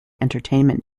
entertainment